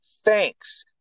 thanks